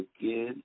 again